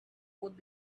would